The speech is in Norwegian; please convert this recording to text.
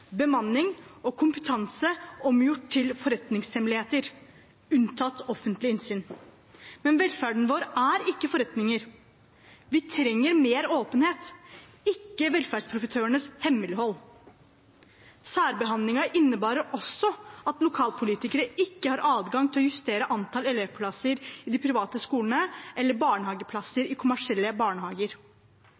bemanning og kompetanse omgjort til forretningshemmeligheter og unntatt offentlig innsyn. Men velferden vår er ikke forretninger. Vi trenger mer åpenhet, ikke velferdsprofitørenes hemmelighold. Særbehandlingen innebærer også at lokalpolitikere ikke har adgang til å justere antall elevplasser i de private skolene eller barnehageplasser i kommersielle barnehager.